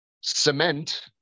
cement